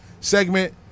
segment